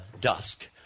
dusk